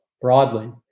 broadly